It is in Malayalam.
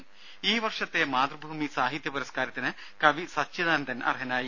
ദ്ദേ ഈ വർഷത്തെ മാതൃഭൂമി സാഹിത്യപുരസ്കാരത്തിന് കവി സച്ചിദാനന്ദൻ അർഹനായി